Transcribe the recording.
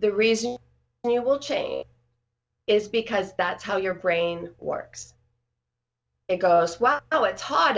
the reason you will change is because that's how your brain works it goes oh it's hot